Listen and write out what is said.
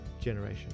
generation